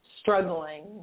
struggling